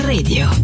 Radio